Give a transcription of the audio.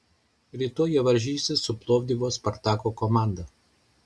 rytoj jie varžysis su plovdivo spartako komanda